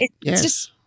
Yes